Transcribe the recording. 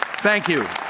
thank you.